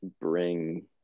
bring